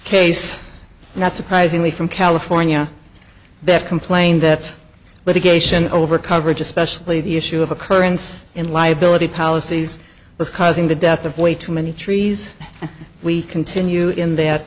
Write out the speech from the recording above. case not surprisingly from california that complained that litigation over coverage especially the issue of occurrence in liability policies was causing the death of way too many trees and we continue in that